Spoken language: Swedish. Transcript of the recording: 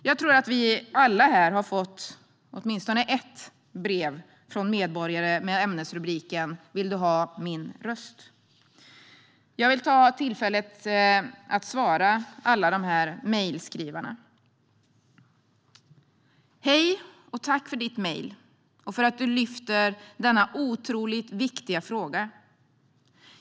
Jag tror att vi alla här har fått åtminstone ett brev från medborgare med ämnesrubriken: "Vill du ha min röst?" Jag vill ta tillfället i akt att svara alla de här mejlskrivarna. Hej och tack för ditt mejl och för att du lyfter denna otroligt viktiga fråga!